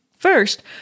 First